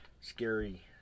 scary